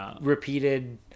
repeated